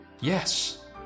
Yes